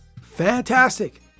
fantastic